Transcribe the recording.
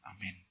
Amen